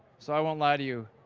so i won't lie to you,